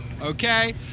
okay